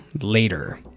later